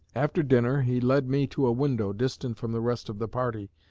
after dinner he led me to a window, distant from the rest of the party,